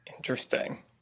Interesting